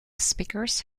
speakers